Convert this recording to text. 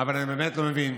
אבל אני באמת לא מבין,